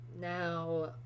now